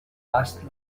vast